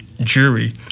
jury